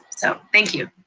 so thank you.